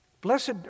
blessed